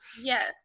Yes